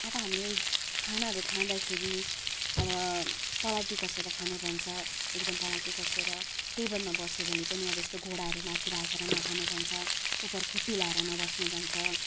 अब हामीले खानाहरू खाँदाखेरि अब पलेँटी कसेर खानु भन्छ एकदम पलेँटी कसेर टेबलमा बस्यो भने पनि अब यस्तो घुँडाहरू माथि राखेर नखानु भन्छ उपरखुट्टी लगाएर नबस्नु भन्छ